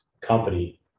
company